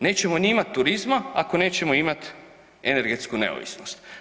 Nećemo ni imati turizma ako nećemo imati energetsku neovisnost.